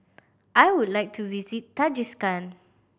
I would like to visit Tajikistan